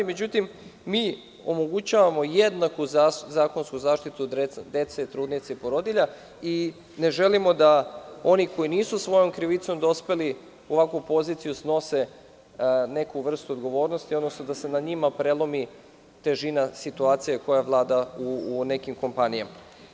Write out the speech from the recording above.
Međutim, mi omogućavamo jednaku zakonsku zaštitu dece, trudnica i porodilja i ne želimo da oni koji nisu svojom krivicom dospeli u ovakvu poziciju snose neku vrstu odgovornosti, odnosno da se na njima prelomi težina situacije koja vlada u nekim kompanijama.